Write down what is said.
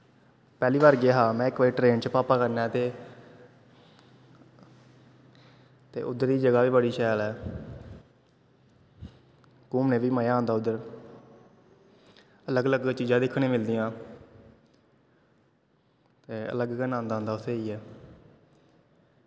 पैह्ली बार गेआ हा में अक बार ट्रेन च पापा कन्नै ते ते उद्धर दी जगह् बी बड़ी शैल ऐ घूमने बी मज़ा आंदा उद्धर अलग अलग चीज़ां दिक्खने गी मिलदियां ते अलग गै नन्द आंदा उत्थें जाइयै